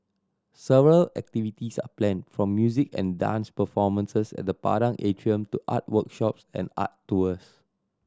several activities are planned from music and dance performances at the Padang Atrium to art workshops and art tours